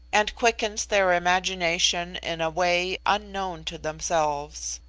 and quickens their imagination in a way unknown to themselves.